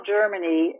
Germany